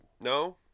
No